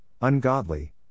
ungodly